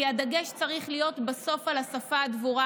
כי הדגש צריך להיות בסוף על השפה הדבורה.